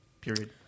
Period